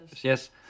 Yes